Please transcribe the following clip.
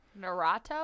Naruto